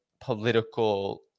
political